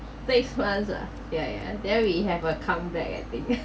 phase one ah yeah yeah then we have a comeback I think